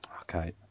Okay